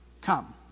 Come